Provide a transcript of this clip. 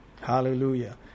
Hallelujah